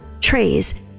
trays